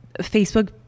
Facebook